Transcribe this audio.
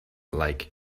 like